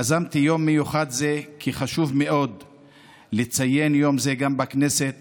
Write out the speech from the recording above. יזמתי יום מיוחד זה כי חשוב מאוד לציין יום זה גם בכנסת